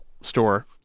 store